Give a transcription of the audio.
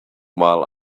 while